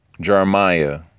Jeremiah